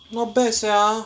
not bad sia